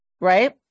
right